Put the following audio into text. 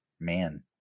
man